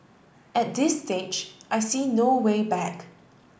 at this stage I see no way back